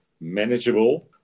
manageable